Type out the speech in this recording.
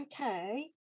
okay